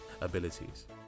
Abilities